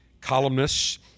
columnists